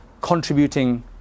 contributing